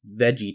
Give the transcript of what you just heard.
Veggie